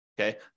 okay